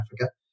Africa